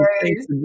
thanks